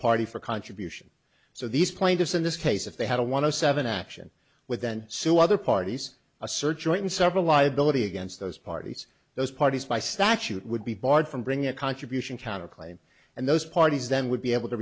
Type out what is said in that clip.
party for contribution so these plaintiffs in this case if they had a one zero seven action with then sue other parties a search joined several liability against those parties those parties by statute would be barred from bringing a contribution counterclaim and those parties then would be able to